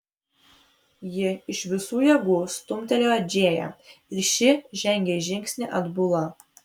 ji iš visų jėgų stumtelėjo džėją ir ši žengė žingsnį atbula